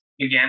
again